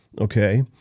okay